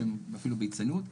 אפילו בהצטיינות.